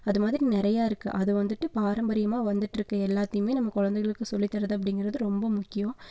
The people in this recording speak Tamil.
அது மாதிரி நிறையா இருக்குது அது வந்துட்டு பாரம்பரியமாக வந்துட்டு இருக்க எல்லாத்தையுமே நம்ம குழந்தைகளுக்கு சொல்லி தரது அப்படிங்கிறது ரொம்ப முக்கியம்